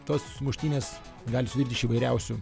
tos muštynės gali sukilt iš įvairiausių